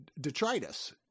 detritus